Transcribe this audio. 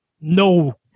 no